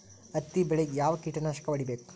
ಹತ್ತಿ ಬೆಳೇಗ್ ಯಾವ್ ಕೇಟನಾಶಕ ಹೋಡಿಬೇಕು?